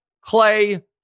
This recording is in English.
Clay